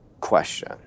question